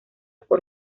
por